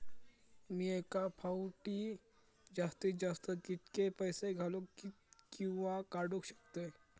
मी एका फाउटी जास्तीत जास्त कितके पैसे घालूक किवा काडूक शकतय?